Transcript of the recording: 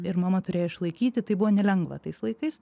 ir mama turėjo išlaikyti tai buvo nelengva tais laikais